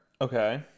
okay